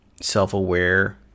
self-aware